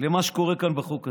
למה שקורה כאן בחוק הזה.